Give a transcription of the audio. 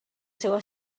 seua